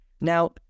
Now